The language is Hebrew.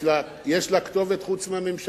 יש לה כתובת חוץ מהממשלה?